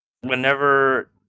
Whenever